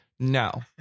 No